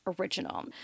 original